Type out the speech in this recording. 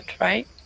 right